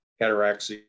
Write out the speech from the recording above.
cataracts